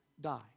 die